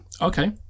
Okay